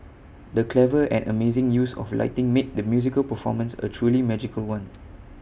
the clever and amazing use of lighting made the musical performance A truly magical one